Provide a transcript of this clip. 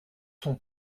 son